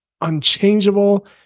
unchangeable